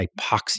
hypoxia